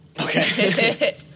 Okay